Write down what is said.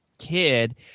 kid